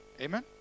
Amen